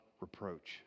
reproach